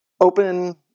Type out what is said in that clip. Open